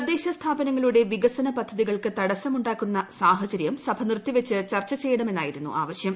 തദ്ദേശ സ്ഥാപനങ്ങളുടെ വികസന പദ്ധതികൾക്ക് തടസ്സമുണ്ടാകുന്ന സാഹചരൃം സഭ നിർത്തിവച്ച് ചർച്ച ചെയ്യണമെന്നായിരുന്നു ആവശൃം